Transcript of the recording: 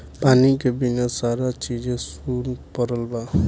पानी के बिना सारा चीजे सुन परल बा